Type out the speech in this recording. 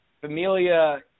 Familia